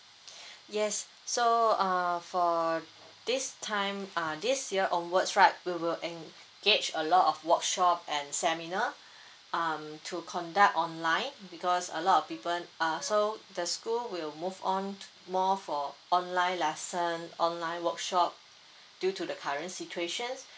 yes so uh for this time uh this year onwards right we will engage a lot of workshop and seminar um to conduct online because a lot of people uh so the school will move on more for online lesson online workshop due to the current situations